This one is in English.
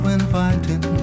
inviting